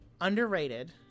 underrated